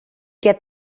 get